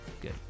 good